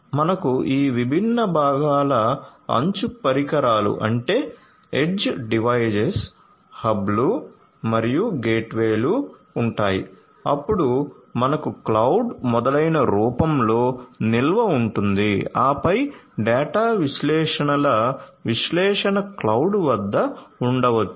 మనకు ఈ విభిన్న భాగాల అంచు పరికరాలు హబ్లు మరియు గేట్వేలు ఉంటాయి అప్పుడు మనకు క్లౌడ్ మొదలైన రూపంలో నిల్వ ఉంటుంది ఆపై డేటా విశ్లేషణల విశ్లేషణ క్లౌడ్ వద్ద ఉండవచ్చు